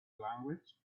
language